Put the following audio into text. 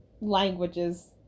languages